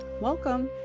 Welcome